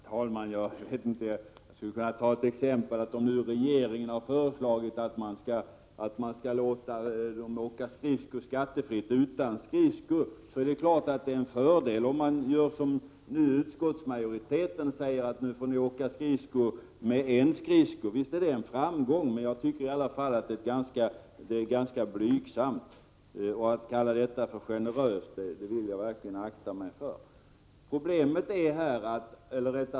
Herr talman! Jag skall ta ett exempel. Om nu regeringen har föreslagit att företagen skall låta sina anställda åka skridsko skattefritt utan skridskor, så är det klart att det är ett framsteg om man säger, som utskottsmajoriteten nu gör, att de får åka med en skridsko. Visst är det ett framsteg, men jag tycker i alla fall att det är ganska blygsamt. Att kalla det för generöst vill jag verkligen akta mig för.